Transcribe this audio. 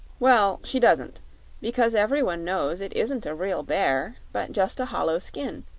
well, she doesn't because every one knows it isn't a real bear, but just a hollow skin,